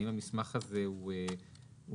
האם המסמך הזה הוא חלופי,